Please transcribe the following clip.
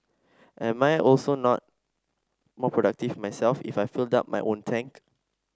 am I also not more productive myself if I filled up my own tank